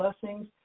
blessings